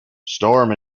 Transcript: storm